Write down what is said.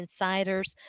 insiders